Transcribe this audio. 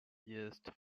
east